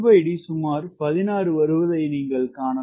LD சுமார் 16 வருவதை நீங்கள் காணலாம்